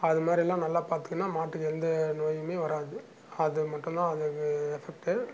அது மாதிரி எல்லாம் நல்லா பார்த்துக்குனா மாட்டுக்கு எந்த நோயுமே வராது அது மட்டும் தான் அதுக்கு எஃபக்ட்டு